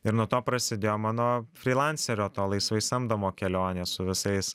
ir nuo to prasidėjo mano freilancerio to laisvai samdomo kelionė su visais